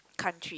country